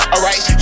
Alright